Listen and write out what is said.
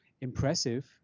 impressive